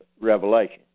Revelation